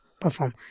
perform